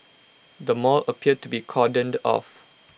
the mall appeared to be cordoned off